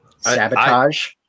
sabotage